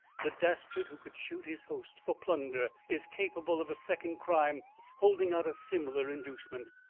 the dastard who could shoot his host for plunder is capable of a second crime holding out a similar inducement.